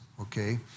okay